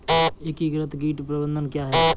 एकीकृत कीट प्रबंधन क्या है?